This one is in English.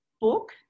book